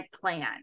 plan